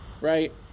right